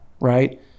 right